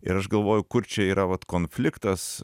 ir aš galvoju kur čia yra vat konfliktas